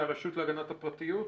אני מהרשות להגנת הפרטיות.